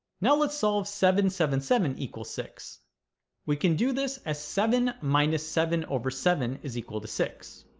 now let's solve seven seven seven equals six we can do this as seven minus seven over seven is equal to six